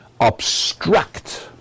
obstruct